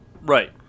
Right